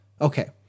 Okay